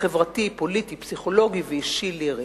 החברתי, הפוליטי, הפסיכולוגי והאישי-לירי.